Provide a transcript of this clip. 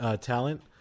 talent